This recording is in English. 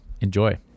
enjoy